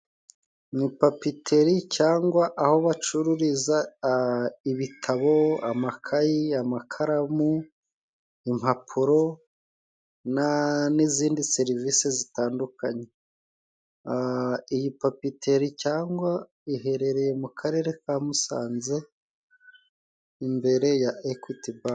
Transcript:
Ni papeteri cyangwa aho bacururiza ibitabo, amakayi , amakaramu, impapuro n'izindi serivisi zitandukanye. Iyi papeteri cyangwa iherereye mu karere ka Musanze imbere ya Ekwiti Banke.